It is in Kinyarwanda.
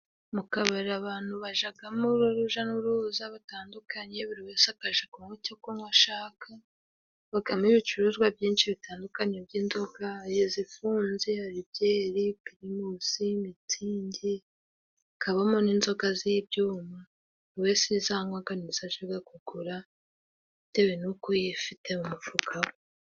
Mu kabari abantu bajyamo ari urujya n'uruza batandukanye. Buri wese akajya kunywa icyo ashaka. Habamo ibicuruzwa byinshi bitandukanye by'inzoga zifunze, hari byeri, pirimusi, mitsingi, habamo n'inzoga z'ibyuma. Buri wese izo anywa ni zo ajya kugura bitewe n'uko yifite mu mufuka we.